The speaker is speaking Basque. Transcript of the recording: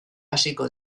hasiko